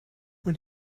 when